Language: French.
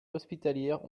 hospitalières